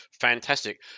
Fantastic